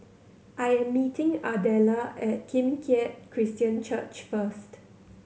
I am meeting Ardella at Kim Keat Christian Church first